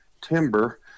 timber